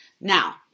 Now